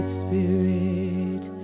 spirit